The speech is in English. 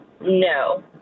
No